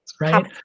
right